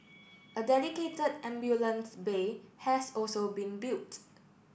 a dedicated ambulance bay has also been built